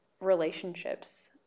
relationships